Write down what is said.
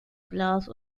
glas